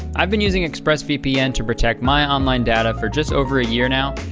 i've been using express vpn to protect my online data for just over a year now.